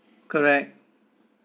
correct